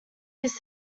his